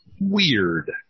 weird